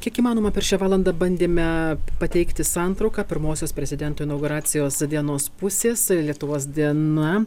kiek įmanoma per šią valandą bandėme pateikti santrauką pirmosios prezidento inauguracijos dienos pusės lietuvos diena